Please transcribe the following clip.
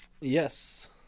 Yes